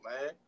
man